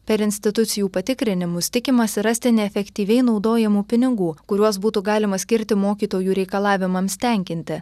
per institucijų patikrinimus tikimasi rasti neefektyviai naudojamų pinigų kuriuos būtų galima skirti mokytojų reikalavimams tenkinti